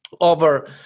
over